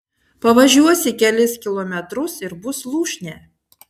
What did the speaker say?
pavažiuosi kelis kilometrus ir bus lūšnė